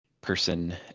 person